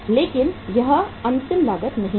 लेकिन यह अंतिम लागत नहीं है